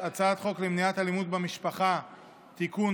הצעת חוק למניעת אלימות במשפחה (תיקון,